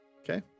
Okay